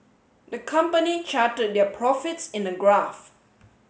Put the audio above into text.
the company charted their profits in a graph